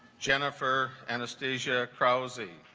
jennifer anesthesia crazy